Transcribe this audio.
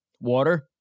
Water